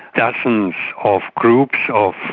dozens of groups of